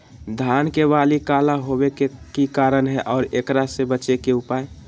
धान के बाली काला होवे के की कारण है और एकरा से बचे के उपाय?